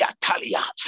Atalia